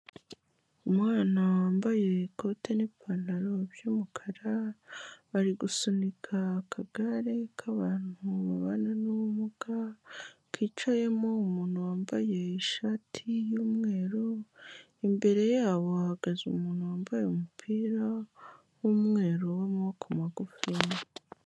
Umwana wambaye ikote n'ipantaro by'umukara, ari gusunika akagare k'abantu babana n'ubumuga kicayemo umuntu wambaye ishati y'umweru, imbere yabo hahagaze umuntu wambaye umupira w'umweru w'amaboko magufi.